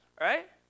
right